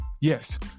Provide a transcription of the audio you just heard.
Yes